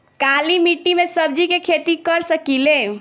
काली मिट्टी में सब्जी के खेती कर सकिले?